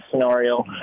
scenario